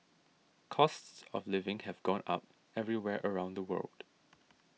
costs of living have gone up everywhere around the world